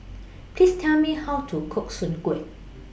Please Tell Me How to Cook Soon Kway